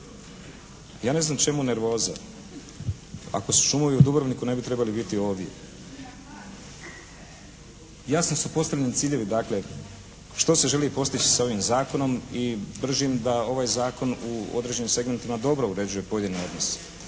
Ja ne znam čemu nervoza. Ako su šumovi u Dubrovniku ne bi trebali biti ovdje. Jasno su postavljeni ciljevi dakle što se želi postići sa ovim zakonom i držim da ovaj zakon u određenim segmentima dobro uređuje pojedine odnose.